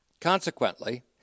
Consequently